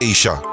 Asia